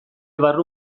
barru